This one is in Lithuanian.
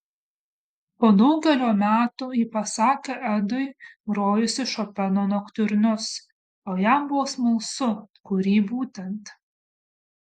po daugelio metų ji pasakė edui grojusi šopeno noktiurnus o jam buvo smalsu kurį būtent